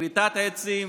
כריתת עצים,